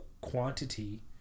quantity